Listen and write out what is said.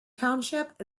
township